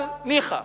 אבל ניחא.